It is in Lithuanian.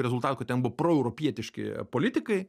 rezultatų kad ten bu proeuropietiški politikai